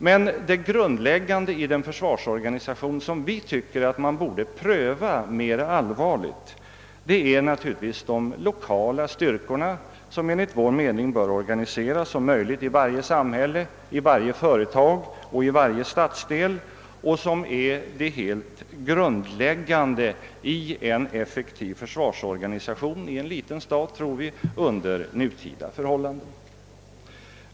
Men det grundläggande i den försvarsorganisation som vi tycker att man mera allvarligt borde pröva är de lokala styrkorna, som enligt vår mening om möjligt bör organiseras i varje samhälle, i varje företag och i varje stadsdel. Jag upprepar att vi anser att sådana styrkor är det helt grundläggande i en effektiv försvarsorganisation inom en liten stat under nutida förhållanden.